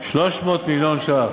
מיליון ש"ח.